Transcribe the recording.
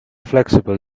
flexible